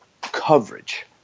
coverage